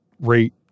rate